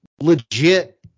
legit